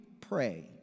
pray